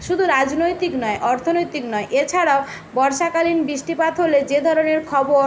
শুদু রাজনৈতিক নয় অর্থনৈতিক নয় এছাড়াও বর্ষাকালীন বৃষ্টিপাত হলে যে ধরনের খবর